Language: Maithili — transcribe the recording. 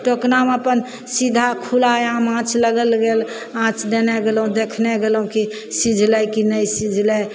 टोकनामे अपन सीधा खुला आँच लगल गेल आँच देने गेलहुँ देखने गेलहुँ की सीझलय की नहि सीझलय